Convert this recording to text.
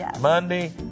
Monday